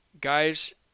Guys